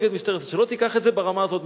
שלא תיקח את זה ברמה הזאת,